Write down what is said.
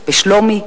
בשלומי,